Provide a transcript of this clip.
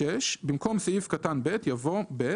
במקום סעיף קטן (ב) יבוא: "(ב)